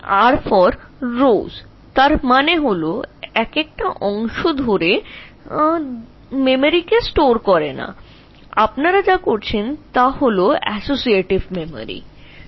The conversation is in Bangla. এর অর্থ মেমরি অংশ খণ্ডাংশে সংরক্ষণ করার পরিবর্তে তুমি যা করছ তাতে তোমার কাছে associative memory রয়েছে